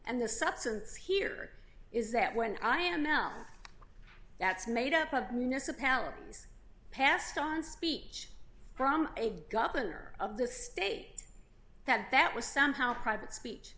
and the substance here is that when i am now that's made up of municipalities passed on speech from a governor of the state that that was somehow private speech